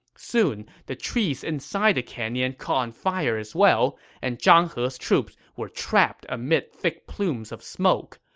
soon, the trees inside the canyon caught on fire as well, and zhang he's troops were trapped amid thick plumes of smoke.